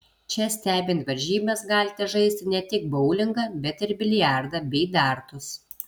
čia stebint varžybas galite žaisti ne tik boulingą bet ir biliardą bei dartus